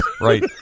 Right